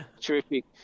Terrific